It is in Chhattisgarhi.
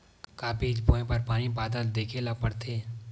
का बीज बोय बर पानी बादल देखेला पड़थे?